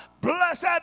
blessed